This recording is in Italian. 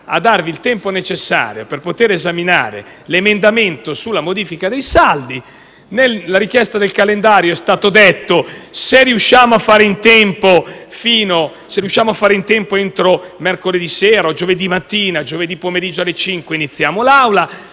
a darvi il tempo necessario per poter esaminare l'emendamento sulla modifica dei saldi. Con il calendario è stato detto: se riusciamo a fare in tempo entro mercoledì sera o giovedì mattina, giovedì pomeriggio alle ore 17 iniziamo l'Aula;